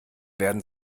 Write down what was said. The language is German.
werden